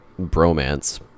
bromance